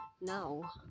now